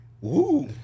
woo